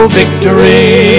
victory